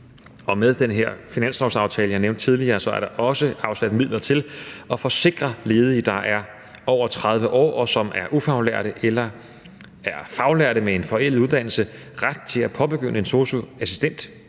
Med den her finanslovsaftale, jeg nævnte tidligere, er der også afsat midler til at forsikre ledige, der er over 30 år, og som er ufaglærte eller er faglærte med en forældet uddannelse, ret til at påbegynde en